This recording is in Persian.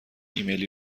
امیلی